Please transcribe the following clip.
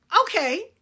Okay